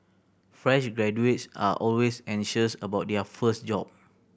fresh graduates are always anxious about their first job